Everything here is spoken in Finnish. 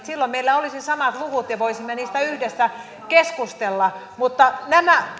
silloin meillä olisi samat luvut ja voisimme niistä yhdessä keskustella mutta nämä